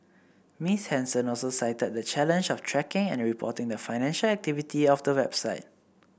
Miss Henson also cited the challenge of tracking and reporting the financial activity of the website